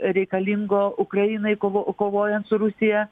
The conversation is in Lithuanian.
reikalingo ukrainai kovo kovojant su rusija